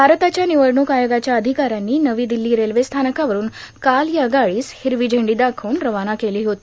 भारताच्या निवडणूक आयोगाच्या अधिकाऱ्यांनी नवी दिल्ली रेल्वे स्थानकावरून काल या गाडीस हिरवी झेंडी दाखवून रवाना केलं होती